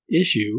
issue